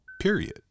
period